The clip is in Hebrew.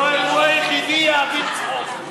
יואל, הוא היחיד האמיץ פה.